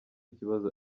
ikibazo